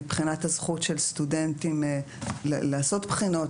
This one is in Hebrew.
מבחינת הזכות של סטודנטים לעשות בחינות,